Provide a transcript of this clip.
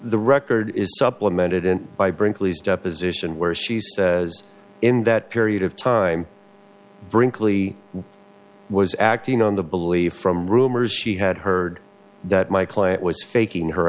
the record is supplemented by brinkley's deposition where she says in that period of time brinkley was acting on the belief from rumors she had heard that my client was faking her